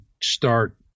start